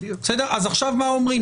אז עכשיו מה אומרים,